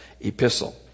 epistle